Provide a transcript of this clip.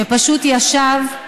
שפשוט ישב,